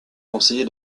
conseillé